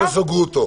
פרופ' גרוטו,